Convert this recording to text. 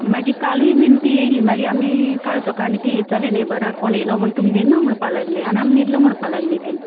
मागीर कालूय बीन ती येयली मागीर आमी काल सोकाणीं ती इचाल्लें नेबरा कोण येयलो म्हूण टुमगेर ना म्हुणपा लागलें आनी आम न्हिद्ल म्हुणपा लागली ती